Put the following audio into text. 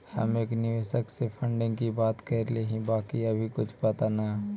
हम एक निवेशक से फंडिंग की बात करली हे बाकी अभी कुछ पता न